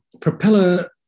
Propeller